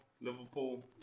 liverpool